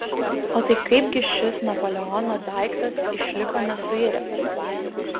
o tai kaip gi šis napoleono daiktas išliko nesuiręs